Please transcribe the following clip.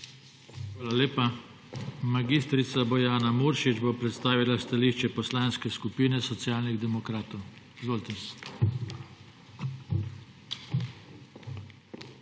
Hvala lepa. Mag. Bojana Muršič bo predstavila stališče Poslanske skupine Socialnih demokratov. Izvolite MAG.